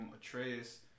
Atreus